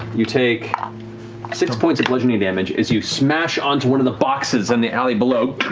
you take six points of bludgeoning damage as you smash onto one of the boxes in the alley below.